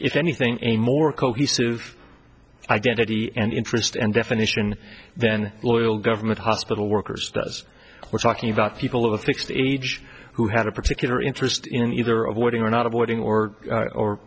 if anything a more cohesive identity and interest and definition then loyal government hospital workers does we're talking about people of mixed age who had a particular interest in either avoiding or not avoiding or